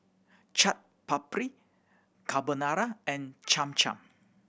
Chaat Papri Carbonara and Cham Cham